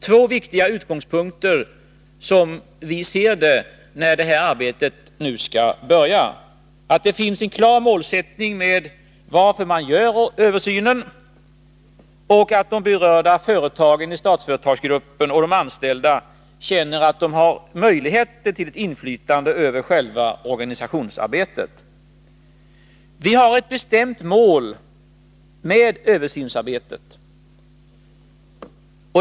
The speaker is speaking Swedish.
Som vi ser det är detta två viktiga utgångspunkter när detta arbete nu skall börja: att det finns en klar målsättning med en översyn och att de berörda företagen i Statsföretagsgruppen och de anställda känner att de har möjligheter till inflytande över själva organisationsarbetet. Vi har ett bestämt mål med översynsarbetet.